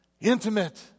intimate